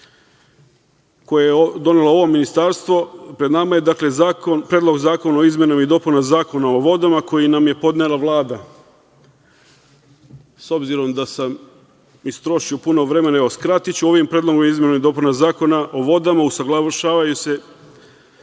koji je donelo ovo Ministarstvo, pred nama je Predlog zakona o izmenama i dopunama Zakona o vodama, koji je podnela Vlada. S obzirom da sam istrošio puno vremena, skratiću. Ovim predlogom izmena i dopuna Zakona o vodama usaglašava se